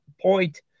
point